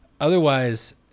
Otherwise